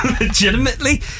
legitimately